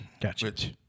Gotcha